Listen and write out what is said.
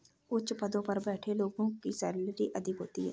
उच्च पदों पर बैठे लोगों की सैलरी अधिक होती है